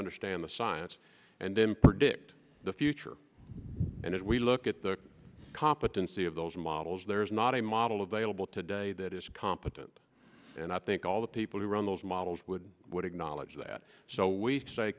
understand the science and then predict the future and it we look at the competency of those models there's not a model of vailable today that is competent and i think all the people who run those models would acknowledge that so we say